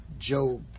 Job